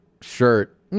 shirt